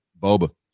Boba